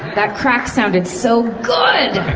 that crack sounded so good!